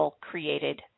created